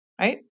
Right